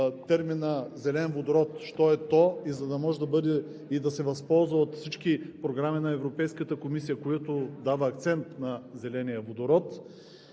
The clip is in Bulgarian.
термина „Зелен водород“ що е то и да може да се възползва от всички програми на Европейската комисия, които дават акцент на зеления водород,